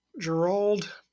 Gerald –